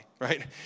Right